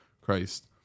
christ